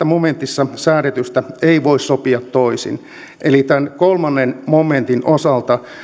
momentissa säädetystä ei voida sopia toisin eli tämän kolmannen momentin osalta